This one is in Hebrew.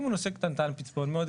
אם הוא נושא קטנטן, פצפון, מאוד הגיוני.